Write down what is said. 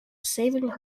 saving